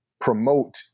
promote